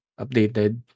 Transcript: updated